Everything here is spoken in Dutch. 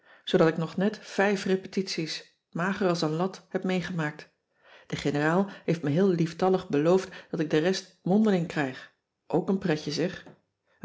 zoodat ik nog net vijf repetities mager als een lat heb meegemaakt de generaal heeft me heel lieftallig beloofd dat ik de rest mondeling krijg ook een pretje zeg